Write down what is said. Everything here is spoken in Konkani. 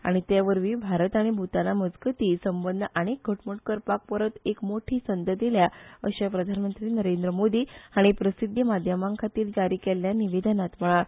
आनी ते वरवी भारत आनी भूताना मजगती संबंद आनीक घटमूट करपाक परत एक मोठी संद दिल्या अर्थो प्रधानमंत्री नरेंद्र मोदी हांणी प्रसिद्धी माध्यमाखातीर जारी केल्ल्या निवेदनात म्हळां